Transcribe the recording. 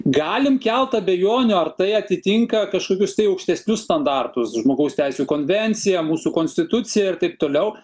galim kelt abejonių ar tai atitinka kažkokius tai aukštesnius standartus žmogaus teisių konvenciją mūsų konstituciją ir taip toliau